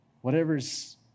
Whatever's